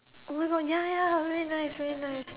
oh my God ya ya very nice very nice